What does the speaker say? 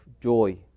joy